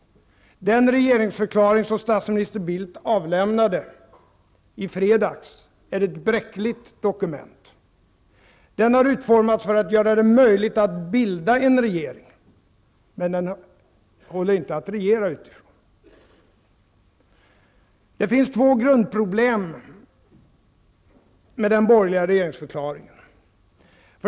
Den regeringsförklaring som statsminister Bildt avlämnade i fredags är ett bräckligt dokument. Den har utformats för att göra det möjligt att bilda en regering, men den håller inte att regera utifrån. Det finns två grundproblem med den borgerliga regeringsförklaringen.